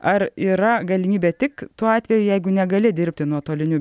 ar yra galimybė tik tuo atveju jeigu negali dirbti nuotoliniu